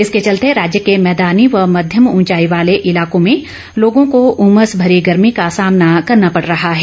इसके चलते राज्य के मैदानी व मध्यम उंचाई वाले इलाकों में लोगों को उमस भरी गर्मी का सामना करना पड़ रहा है